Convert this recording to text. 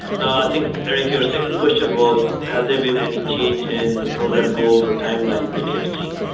now i think eric your second question was has there been any change in the program goals or timelines that you have seen.